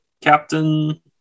Captain